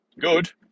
good